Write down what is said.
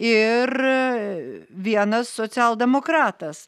ir vienas socialdemokratas